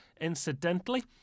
Incidentally